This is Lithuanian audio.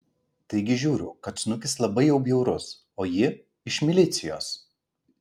taigi žiūriu kad snukis labai jau bjaurus o ji iš milicijos